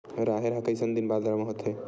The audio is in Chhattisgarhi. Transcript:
राहेर ह कइसन दिन बादर म होथे?